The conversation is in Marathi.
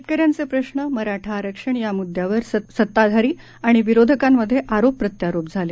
शेतकऱ्यांचे प्रश्न मराठा आरक्षण या मृद्यांवर सत्ताधारी आणि विरोधकांमध्ये आरोप प्रत्यारोप झाले